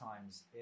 times